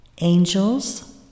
angels